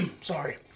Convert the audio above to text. sorry